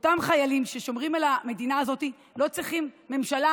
אותם חיילים ששומרים על המדינה הזאת לא צריכים ממשלה